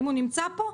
האם הוא נמצא פה?